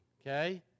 okay